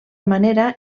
manera